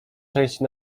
części